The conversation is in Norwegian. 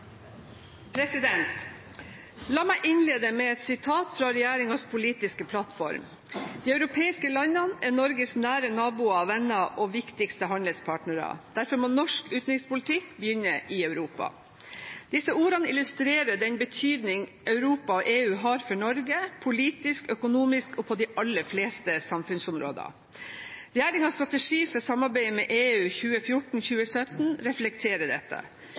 måte. La meg innlede med et sitat fra regjeringens politiske plattform: «De europeiske landene er Norges nære naboer, venner og viktigste handelspartnere. Derfor må norsk utenrikspolitikk begynne i Europa.» Disse ordene illustrerer den betydning Europa og EU har for Norge – politisk, økonomisk og på de aller fleste samfunnsområder. Regjeringens strategi for samarbeidet med EU 2014–2017 reflekterer dette.